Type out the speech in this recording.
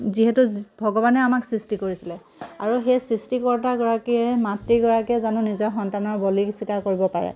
যিহেতু ভগৱানে আমাক সৃষ্টি কৰিছিলে আৰু সেই সৃষ্টিকৰ্তাগৰাকীয়ে মাতৃগৰাকীয়ে জানো নিজৰ সন্তানৰ বলি চিকাৰ কৰিব পাৰে